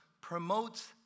promotes